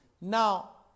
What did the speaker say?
Now